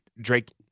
Drake